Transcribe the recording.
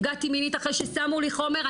אני נפגעתי מינית אחרי ששמו לי חומר,